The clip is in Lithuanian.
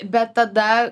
bet tada